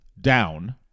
down